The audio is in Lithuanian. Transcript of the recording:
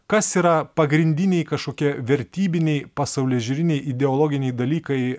kas yra pagrindiniai kažkokie vertybiniai pasaulėžiūriniai ideologiniai dalykai